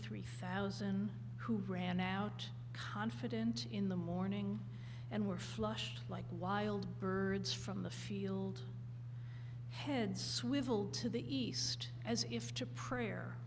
three thousand who ran out confident in the morning and were flushed like wild birds from the field heads swivelled to the east as if to prayer